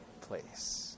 place